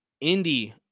indy